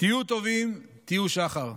תהיו טובים, תהיו שחר.